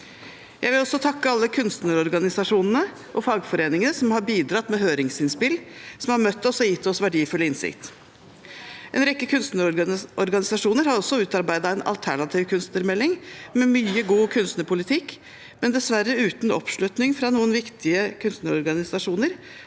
Jeg vil også takke alle kunstnerorganisasjonene og fagforeningene som har bidratt med høringsinnspill, og som har møtt oss og gitt oss verdifull innsikt. En rekke kunstnerorganisasjoner har også utarbeidet en alternativ kunstnermelding med mye god kunstnerpolitikk, men dessverre uten oppslutning fra noen viktige kunstnerorganisasjoner